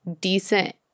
decent